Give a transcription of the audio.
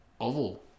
Oval